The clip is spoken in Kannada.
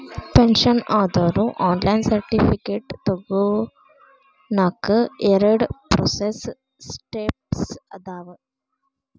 ಪೆನ್ಷನ್ ಆದೋರು ಆನ್ಲೈನ್ ಸರ್ಟಿಫಿಕೇಟ್ ತೊಗೋನಕ ಎರಡ ಪ್ರೋಸೆಸ್ ಸ್ಟೆಪ್ಸ್ ಅದಾವ